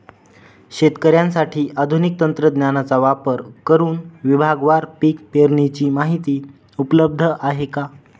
शेतकऱ्यांसाठी आधुनिक तंत्रज्ञानाचा वापर करुन विभागवार पीक पेरणीची माहिती उपलब्ध आहे का?